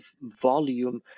volume